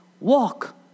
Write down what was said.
Walk